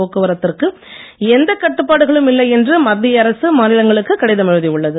போக்குவரத்திற்கு எந்த கட்டுப்பாடுகளும் இல்லை என்று மத்திய அரசு மாநிலங்களுக்கு கடிதம் எழுதி உள்ளது